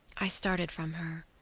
i started from her.